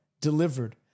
delivered